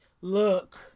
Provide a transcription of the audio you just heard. look